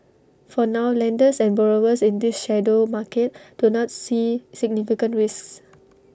for now lenders and borrowers in this shadow market do not see significant risks